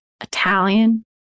Italian